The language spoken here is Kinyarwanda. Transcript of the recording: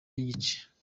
n’igice